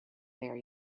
there